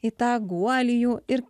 į tą guolį jų ir